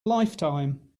lifetime